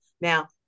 Now